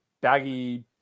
baggy